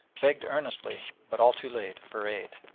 begged earnestly, but all too late, for aid.